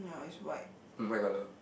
um white colour